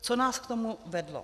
Co nás k tomu vedlo?